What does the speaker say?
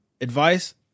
advice